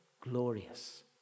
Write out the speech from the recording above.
glorious